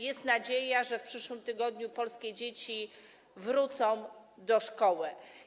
Jest nadzieja, że w przyszłym tygodniu polskie dzieci wrócą do szkoły.